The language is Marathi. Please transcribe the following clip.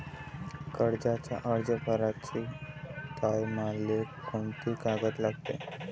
कर्जाचा अर्ज भराचे टायमाले कोंते कागद लागन?